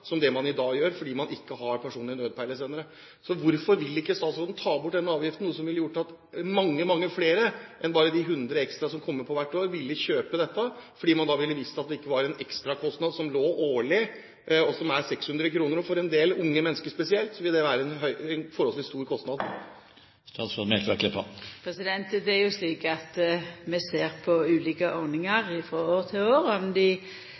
som det man i dag gjør, fordi man ikke har personlige nødpeilesendere. Hvorfor vil ikke statsråden ta bort denne avgiften? Det ville ført til at mange, mange flere enn bare de 100 ekstra som kommer til hvert år, ville kjøpt dette. Da ville man visst at det ikke var en ekstra årlig kostnad, som er 600 kr. For en del unge mennesker spesielt vil det være en forholdsvis stor kostnad. Vi ser på ulike ordningar frå år til år – om dei fungerer etter føremålet, og om det er